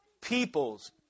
peoples